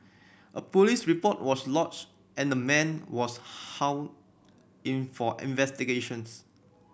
a police report was lodged and the man was hauled in for investigations